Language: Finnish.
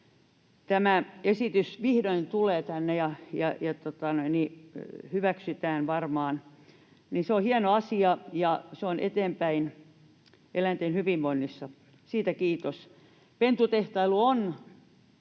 vihdoin tulee tänne ja varmaan hyväksytään. Se on hieno asia, ja se on eteenpäin eläinten hyvinvoinnissa — siitä kiitos. Pentutehtailu on